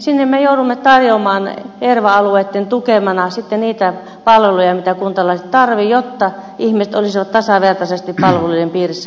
sinne me joudumme tarjoamaan erva alueitten tukemana sitten niitä palveluja mitä kuntalaiset tarvitsevat jotta ihmiset olisivat tasavertaisesti palvelujen piirissä koko maassa